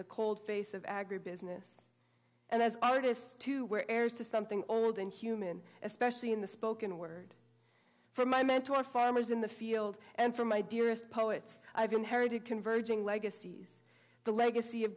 the cold face of agribusiness and as artists to where heirs to something old and human especially in the spoken word for my mentor farmers in the field and from my dearest poets i've inherited converging legacies the legacy of